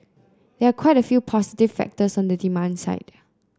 there are quite a few positive factors on the demand side